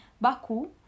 Baku